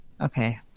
Okay